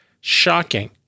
shocking